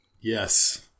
Yes